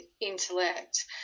intellect